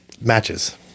matches